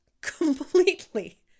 completely